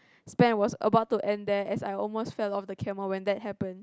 span as about to end there as I almost fell off the camel when that happened